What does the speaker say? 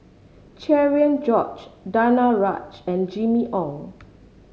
Cherian George Danaraj and Jimmy Ong